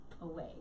away